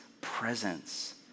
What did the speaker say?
presence